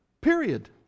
period